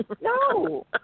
No